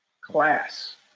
Class